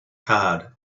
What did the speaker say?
hard